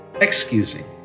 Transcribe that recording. excusing